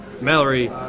Mallory